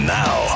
now